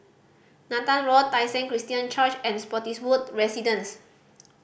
Nathan Road Tai Seng Christian Church and Spottiswoode Residence